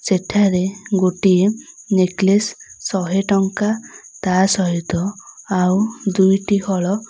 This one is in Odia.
ସେଠାରେ ଗୋଟିଏ ନେକଲେସ୍ ଶହେ ଟଙ୍କା ତା' ସହିତ ଆଉ ଦୁଇଟି ହଳ